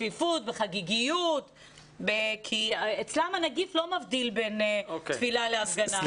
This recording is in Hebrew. בצפיפות וחגיגיות כי אצלם הנגיף לא מבדיל בין תפילה להפגנה.